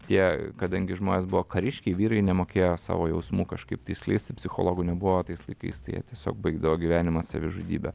tie kadangi žmonės buvo kariškiai vyrai nemokėjo savo jausmų kažkaip tai skleisti psichologų nebuvo tais laikais tai jie tiesiog baigdavo gyvenimą savižudybe